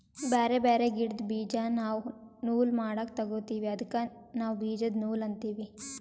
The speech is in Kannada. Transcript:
ಬ್ಯಾರೆ ಬ್ಯಾರೆ ಗಿಡ್ದ್ ಬೀಜಾ ನಾವ್ ನೂಲ್ ಮಾಡಕ್ ತೊಗೋತೀವಿ ಅದಕ್ಕ ನಾವ್ ಬೀಜದ ನೂಲ್ ಅಂತೀವಿ